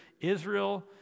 Israel